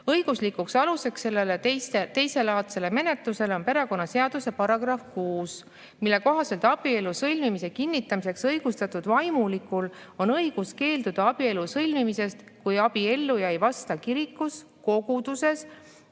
Õiguslikuks aluseks sellele teiselaadsele menetlusele on perekonnaseaduse § 6, mille kohaselt "abielu sõlmimise kinnitamiseks õigustatud vaimulikul on õigus keelduda abielu sõlmimisest, kui abielluja ei vasta kirikus, koguduses